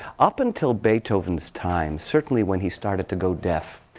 up until beethoven's time, certainly, when he started to go deaf,